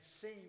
seem